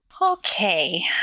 Okay